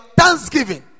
thanksgiving